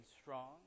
strong